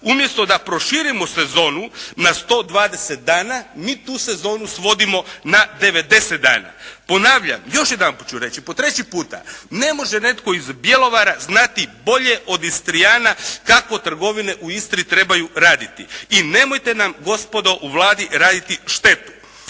Umjesto da proširimo sezonu na 120 dana, mi tu sezonu svodimo na 90 dana. Ponavljam, još jedanput ću reći, po treći puta, ne može netko iz Bjelovara znati bolje od Istrijana kako trgovine u Istri trebaju radit. I nemojte nam gospodo u Vladi raditi štetu.